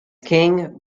king